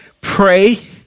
pray